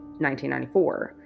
1994